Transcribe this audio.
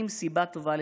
תודה רבה.